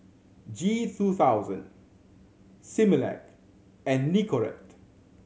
G two thousand Similac and Nicorette